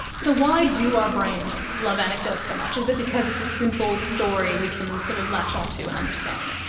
so why do our brains love anecdotes so much? is it because it's a simple story we can sort of latch onto and understand?